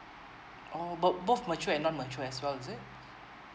orh both~ both mature and non mature as well is it